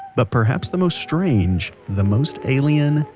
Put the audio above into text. but perhaps the most strange, the most alien,